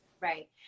Right